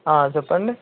చెప్పండి